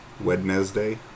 Wednesday